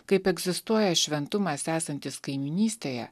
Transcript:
kaip egzistuoja šventumas esantis kaimynystėje